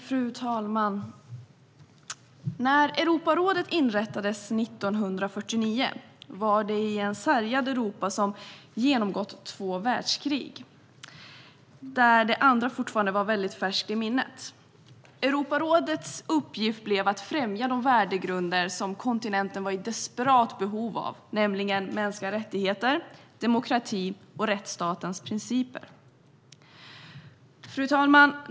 Fru talman! När Europarådet inrättades 1949 var det i ett sargat Europa som genomgått två världskrig, där det andra fortfarande var färskt i minnet. Europarådets uppgift blev att främja de värdegrunder som kontinenten var i desperat behov av, nämligen mänskliga rättigheter, demokrati och rättsstatens principer. Fru talman!